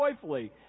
joyfully